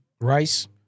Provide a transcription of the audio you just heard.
Rice